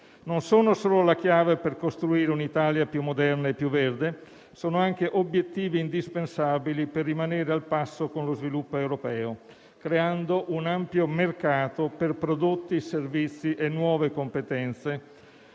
Non sono solo la chiave per costruire un'Italia più moderna e più verde. Sono anche obiettivi indispensabili per rimanere al passo con lo sviluppo europeo, creando un ampio mercato per prodotti, servizi e nuove competenze,